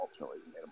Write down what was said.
ultimately